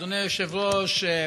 אדוני היושב-ראש,